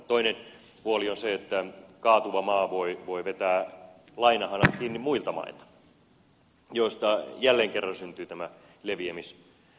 toinen puoli on se että kaatuva maa voi vetää lainahanat kiinni muilta mailta joista jälleen kerran syntyy tämä leviämisvaara